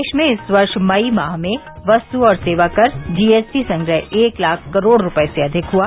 देश में इस वर्ष मई में वस्तु और सेवाकर जीएसटी संग्रह एक लाख करोड़ रुपये से अधिक हुआ